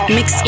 Mix